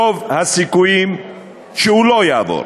רוב הסיכויים שהוא לא יעבור.